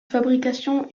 fabrication